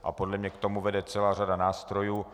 A podle mě k tomu vede celá řada nástrojů.